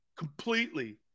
completely